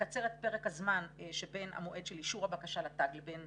לקצר את פרק הזמן שבין המועד של אישור הבקשה לתג לבין